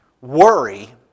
Worry